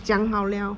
讲好了